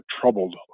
troubled